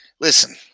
Listen